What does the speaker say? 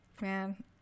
Man